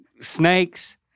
snakes